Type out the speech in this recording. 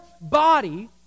body